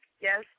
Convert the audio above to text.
Yes